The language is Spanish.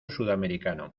sudamericano